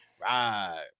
right